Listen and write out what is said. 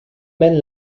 mène